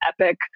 epic